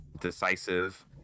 decisive